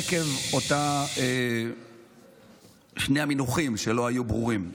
עקב שני המונחים שלא היו ברורים.